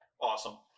awesome